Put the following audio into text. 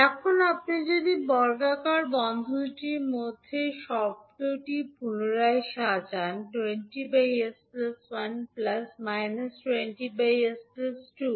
এখন আপনি যদি বর্গাকার বন্ধনীটির মধ্যে শব্দটি পুনরায় সাজান 20 𝑠 1 20 𝑠 2